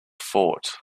fort